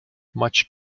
much